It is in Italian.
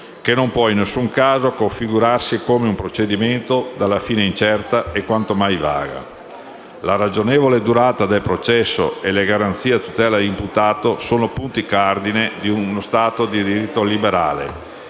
che non può in alcun caso configurarsi come un procedimento dalla fine incerta e quanto mai vaga. La ragionevole durata del processo e le garanzie a tutela dell'imputato sono punti cardine di uno Stato di diritto liberale